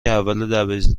اول